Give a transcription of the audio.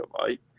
right